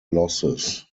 losses